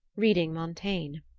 reading montaigne.